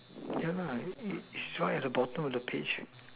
yeah lah is right at the bottom of the page